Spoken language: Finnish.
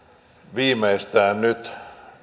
viimeistään nyt